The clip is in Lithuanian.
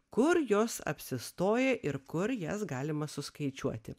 kur jos apsistoja ir kur jas galima suskaičiuoti